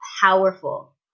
powerful